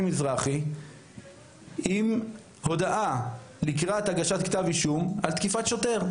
מזרחי עם הודעה לקראת הגשת כתב אישום על תקיפת שוטר,